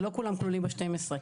זה לא כולם כלולים ב-12.